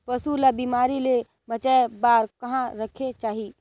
पशु ला बिमारी ले बचाय बार कहा रखे चाही?